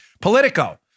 politico